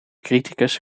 criticus